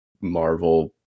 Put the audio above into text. Marvel